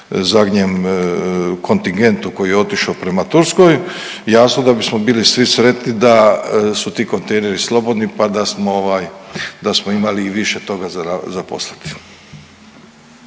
zadnjem kontingentu koji je otišao prema Turskoj. Jasno da bismo bili svi sretni da su ti kontejneri slobodni pa da smo imali i više toga za zaposliti.